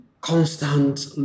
constant